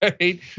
right